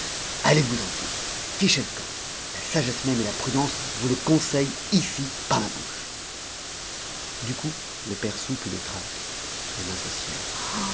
allez-vous-en soupe fichez le camp la sagesse même et la prudence vous le conseillent ici par ma bouche du coup le père soupe eut le trac les mains au ciel